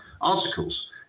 articles